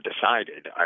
decided